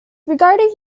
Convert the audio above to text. regarding